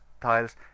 tiles